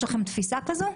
יש לכם תפיסה כזאת?